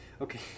okay